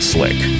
Slick